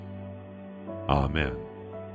Amen